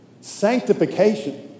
Sanctification